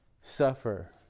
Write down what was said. suffer